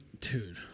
dude